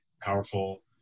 powerful